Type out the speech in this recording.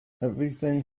everything